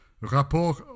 Rapport